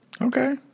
Okay